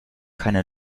keine